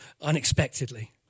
unexpectedly